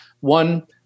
One